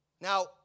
Now